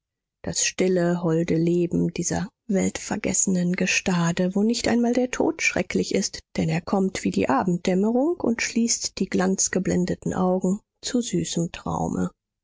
das stille holde leben dieser weltvergessenen gestade wo nicht einmal der tod schrecklich ist denn er kommt wie die abenddämmerung und schließt die glanzgeblendeten augen zu süßem traume